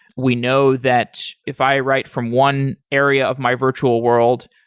we know that if i write from one area of my virtual world,